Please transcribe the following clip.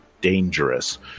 dangerous